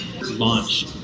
launch